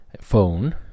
phone